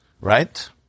right